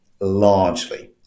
largely